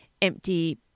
empty